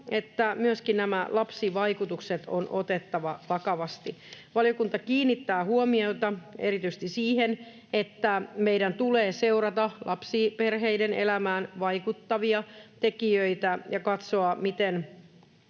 että myöskin nämä lapsivaikutukset on otettava vakavasti. Valiokunta kiinnittää huomiota erityisesti siihen, että meidän tulee seurata lapsiperheiden elämään vaikuttavia tekijöitä ja katsoa, miten